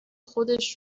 خودش